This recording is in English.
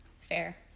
fair